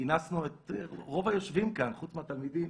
כינסנו את רוב היושבים כאן חוץ מהתלמידים